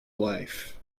life